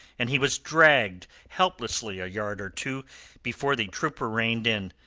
and he was dragged helplessly a yard or two before the trooper reined in,